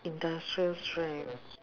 industrial strength